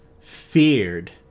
feared